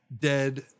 Dead